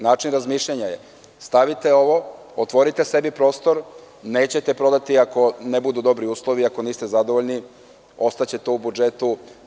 Način razmišljanja je – stavite ovo, otvorite sebi prostor, nećete prodati ako ne budu dobri uslovi, ako niste zadovoljni, ostaće u budžetu.